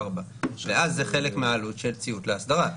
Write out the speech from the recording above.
4. ואז זה חלק מהעלות של ציות לאסדרה.